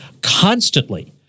constantly –